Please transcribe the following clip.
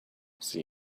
see